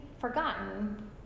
forgotten